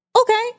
okay